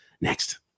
Next